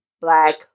black